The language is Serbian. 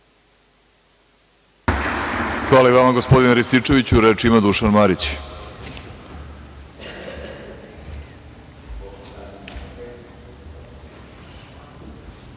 Hvala i vama, gospodine Rističeviću. Reč ima Dušan Marić.